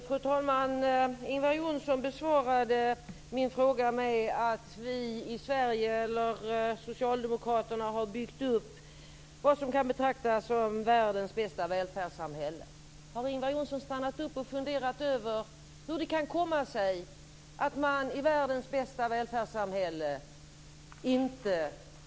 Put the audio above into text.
Fru talman! Ingvar Johnsson besvarade min fråga med att Socialdemokraterna i Sverige har byggt upp vad som kan betraktas som världens bästa välfärdssamhälle. Har Ingvar Johnsson stannat upp och funderat över hur det kan komma sig att man inte har trygga människor i världens bästa välfärdssamhälle?